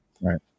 right